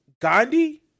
Gandhi